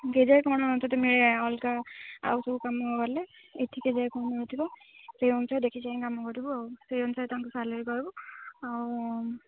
କେଯାଏ କ'ଣ ତୋତେ ମିଳେ ଅଲଗା ଆଉ ସବୁ କାମ କଲେ ଏଇଠି କେଯାଏ କ'ଣ ମିଳୁଥିବ ସେହି ଅନୁସାରେ ଦେଖି ଚାହିଁ କାମ କରୁଥିବୁ ଆଉ ସେହି ଅନୁସାରେ ତାଙ୍କଠୁ ସାଲାରି ପାଇବୁ ଆଉ